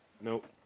Nope